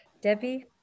Debbie